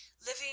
living